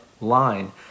line